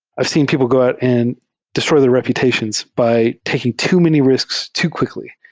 i've seen people go out and destroy their reputations by taking too many risks to quickly.